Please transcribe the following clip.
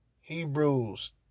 Hebrews